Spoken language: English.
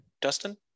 Dustin